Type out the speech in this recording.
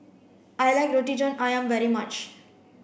I like Roti John Ayam very much